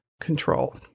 control